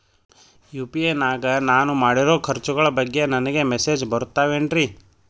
UPI ನಾಗ ನಾನು ಮಾಡಿರೋ ಖರ್ಚುಗಳ ಬಗ್ಗೆ ನನಗೆ ಮೆಸೇಜ್ ಬರುತ್ತಾವೇನ್ರಿ?